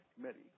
Committee